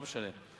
לא משנה.